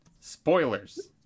Spoilers